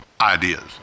ideas